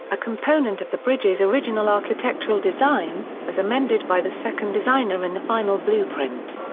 a component of the bridge's original architectural design, as amended by the second designer in the final blueprint.